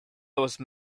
those